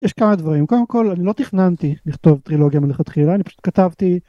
יש כמה דברים קודם כל אני לא תכננתי לכתוב טרילוגיה מלכתחילה, אני פשוט כתבתי.